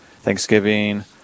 Thanksgiving